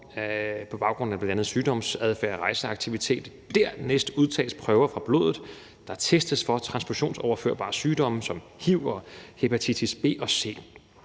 på baggrund af bl.a. sygdomsadfærd og rejseaktivitet. Dernæst udtages prøver fra blodet, og der testes for transfusionsoverførbare sygdomme som hiv og hepatitis B og C.